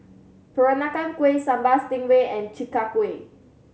Peranakan Kueh Sambal Stingray and Chi Kak Kuih